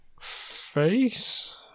Face